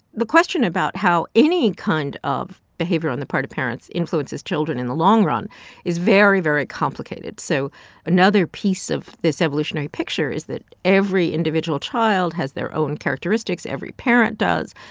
the question about how any kind of behavior on the part of parents influences children in the long run is very, very complicated so another piece of this evolutionary picture is that every individual child has their own characteristics. every parent does.